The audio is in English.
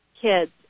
kids